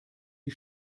die